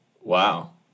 Wow